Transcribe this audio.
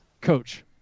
coach